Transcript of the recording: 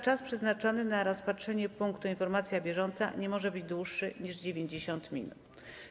Czas przeznaczony na rozpatrzenie punktu: Informacja bieżąca nie może być dłuższy niż 90 minut.